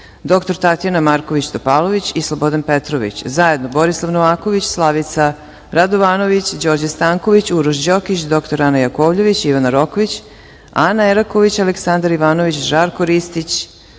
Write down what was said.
dr Tatjana Marković-Topalović i Slobodan Petrović, zajedno Borislav Novaković, Slavica Radovanović, Đorđe Stanković, Uroš Đokić, dr Ana Jakovljević, Ivana Rokvić, Ana Eraković, Aleksandar Ivanović, Žarko Ristić,